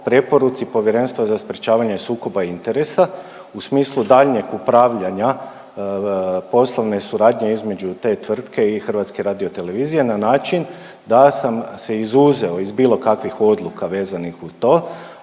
preporuci Povjerenstva za sprječavanje sukoba interesa u smislu daljnjeg upravljanja poslovne suradnje između te tvrtke i HRT-a na način da sam se izuzeo iz bilo kakvih odluka vezanih u to.